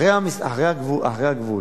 אחרי הגדר